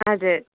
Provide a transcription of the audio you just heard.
हजुर